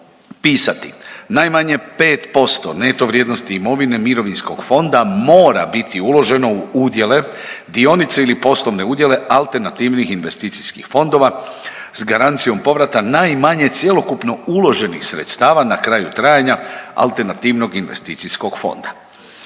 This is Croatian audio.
pisati: Najmanje 5% neto vrijednosti imovine mirovinskog fonda mora biti uloženo u udjele, dionice ili poslovne udjele alternativnih investicijskih fondova sa garancijom povrata najmanje cjelokupno uloženih sredstava na kraju trajanja alternativnog investicijskog fonda.